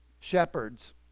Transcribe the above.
Shepherds